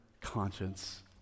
conscience